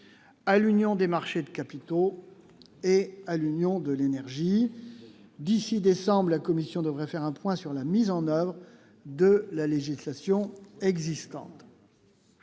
à l'Union des marchés de copies. Taux et à l'union de l'énergie d'ici décembre, la commission devrait faire un point sur la mise en oeuvre de la législation existante,